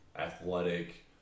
athletic